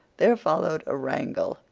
there followed a wrangle.